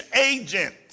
agent